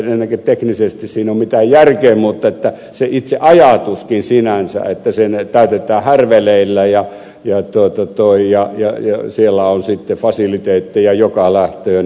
ei ainakaan teknisesti siinä ole mitään järkeä mutta itse ajatuskin sinänsä että se täytetään härveleillä ja siellä on sitten fasiliteetteja joka lähtöön jnp